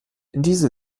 diese